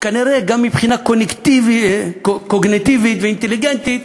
כנראה גם מבחינה קוגניטיבית ואינטליגנטית